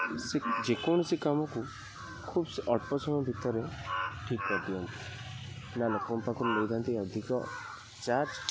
ସେ ଯେକୌଣସି କାମକୁ ଖୁବ୍ ଅଳ୍ପ ସମୟ ଭିତରେ ଠିକ୍ କରିଦିଅନ୍ତି ନା ଲୋକଙ୍କ ପାଖରୁ ନେଇଥାନ୍ତି ଅଧିକ ଚାର୍ଜ